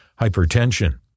Hypertension